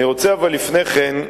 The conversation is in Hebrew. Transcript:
לפני כן,